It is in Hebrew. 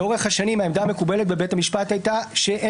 לאורך השנים העמדה המקובלת בבית המשפט הייתה שאין